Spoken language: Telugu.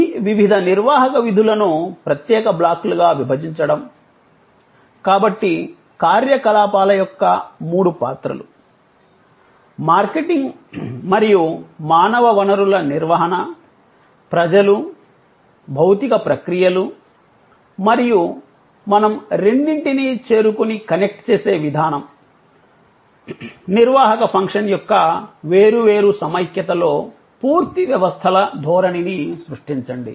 ఈ వివిధ నిర్వాహక విధులను ప్రత్యేక బ్లాక్లుగా భావించడం కాబట్టి కార్యకలాపాల యొక్క మూడు పాత్రలు మార్కెటింగ్ మరియు మానవ వనరుల నిర్వహణ ప్రజలు భౌతిక ప్రక్రియలు మరియు మనం రెండింటినీ చేరుకుని కనెక్ట్ చేసే విధానం నిర్వాహక ఫంక్షన్ యొక్క వేరువేరు సమైక్యతలో పూర్తి వ్యవస్థల ధోరణిని సృష్టించండి